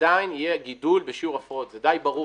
עדיין יהיה גידול בשיעור --- זה דיי ברור,